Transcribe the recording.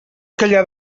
callar